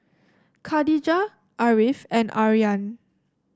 Khadija Ariff and Aryan